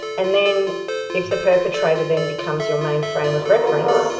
and then if the perpetrator then becomes your main frame of reference,